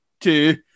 two